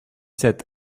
sept